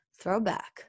Throwback